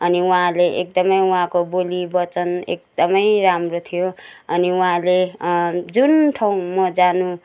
अनि उहाँले एकदमै उहाँको बोली वचन एकदमै राम्रो थियो अनि उहाँले जुन ठाउँ म जानु